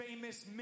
famous